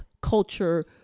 culture